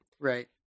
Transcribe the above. Right